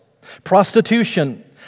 Prostitution